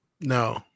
No